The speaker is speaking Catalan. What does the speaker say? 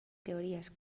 teories